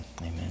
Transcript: amen